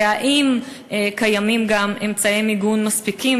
2. האם קיימים גם אמצעי מיגון מספיקים,